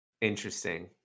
Interesting